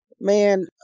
Man